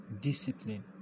discipline